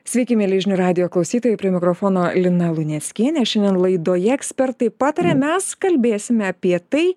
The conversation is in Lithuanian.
sveiki mieli žinių radijo klausytojai prie mikrofono lina luneckienė šiandien laidoje ekspertai pataria mes kalbėsime apie tai